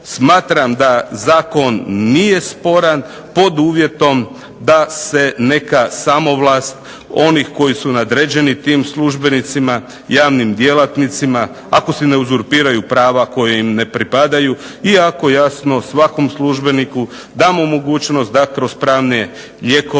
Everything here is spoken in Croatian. smatram da zakon nije sporan pod uvjetom da se neka samovlast onih koji su nadređeni tim službenicima, javnim djelatnicima, ako si ne uzurpiraju prava koja im ne pripadaju i ako jasno svakom službeniku damo mogućnost da kroz pravne lijekove